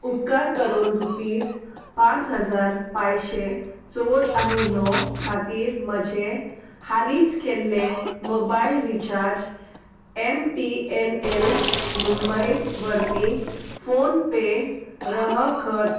उपकार करून रुपीस पांच हजार पायशें चोद आनी णव खातीर म्हजें हालींच केल्ले mobile recharge M T N L Mumbai वरवीं फोन पे रह कर